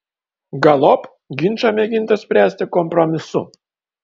galop ginčą mėginta spręsti kompromisu